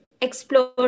explore